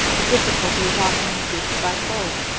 the difficulty is often increased fivefold.